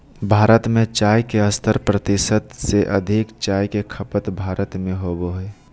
भारत में चाय के सत्तर प्रतिशत से अधिक चाय के खपत भारत में होबो हइ